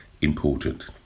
important